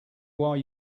why